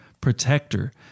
protector